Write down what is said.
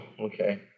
okay